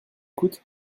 coûte